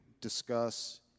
discuss